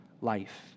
life